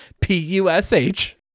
P-U-S-H